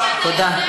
תודה.